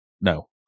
No